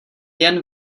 jen